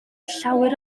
llawer